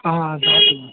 آ زٕ ہَتھ تہٕ وُہ